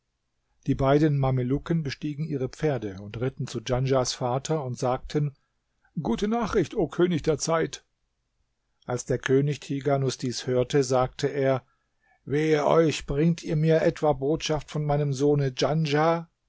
die beiden mamelucken bestiegen ihre pferde und ritten zu djanschahs vater und sagten gute nachricht o könig der zeit als der könig tighanus dies hörte sagte er wehe euch bringt ihr mit etwa botschaft von meinem sohne